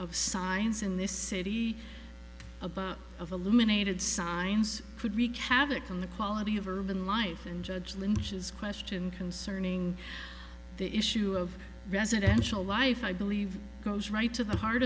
of signs in this city above of illuminated signs could wreak havoc on the quality of urban life and judge lynch's question concerning the issue of residential life i believe goes right to the heart